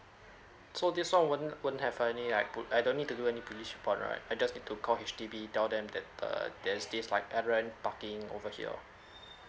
so this so one won't won't have any like put I don't need to do any police report right I just need to call H_D_B tell them that uh there's this like everyone parking over here